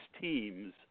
teams